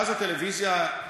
ואז הטלוויזיה,